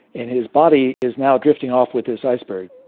and his body is now drifting off with this iceberg.